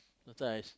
no choice